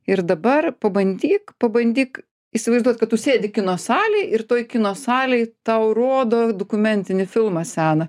ir dabar pabandyk pabandyk įsivaizduot kad tu sėdi kino salėj ir toj kino salėj tau rodo dokumentinį filmą seną